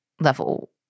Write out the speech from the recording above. level